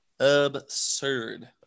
absurd